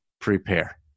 Prepare